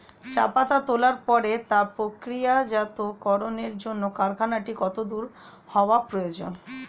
চা পাতা তোলার পরে তা প্রক্রিয়াজাতকরণের জন্য কারখানাটি কত দূর হওয়ার প্রয়োজন?